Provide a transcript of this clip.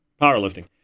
powerlifting